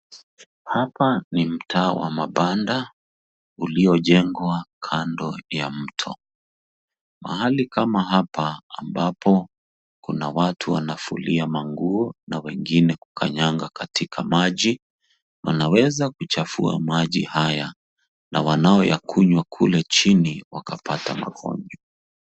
Hapa ni mtaa wa mapanda uliojengwa kando ya mto mahali kama hapa ambapo kuna watu wanafulia manguo na wengine kukanyaka katika maji. Wanaweza kuchafua maji haya na wanaoyakywa kule chini wakapata magonjwa.